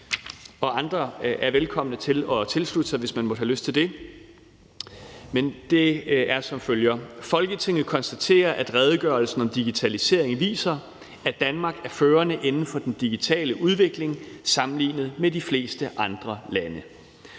andre er velkomne til at tilslutte sig, hvis man måtte have lyst til det. Det lyder som følger: Forslag til vedtagelse »Folketinget konstaterer, at redegørelsen om digitalisering viser, at Danmark er førende inden for den digitale udvikling sammenlignet med de fleste andre lande.